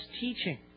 teaching